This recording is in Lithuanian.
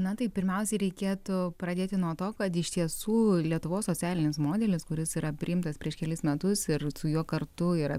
na tai pirmiausiai reikėtų pradėti nuo to kad iš tiesų lietuvos socialinis modelis kuris yra priimtas prieš kelis metus ir su juo kartu yra